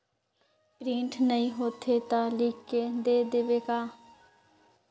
Print नइ होथे ता लिख के दे देबे का?